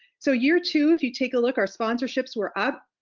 so year two if you take a look, our sponsorships were up.